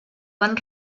van